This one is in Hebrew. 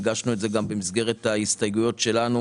הגשנו את זה גם במסגרת ההסתייגויות שלנו